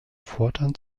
fortan